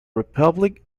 republic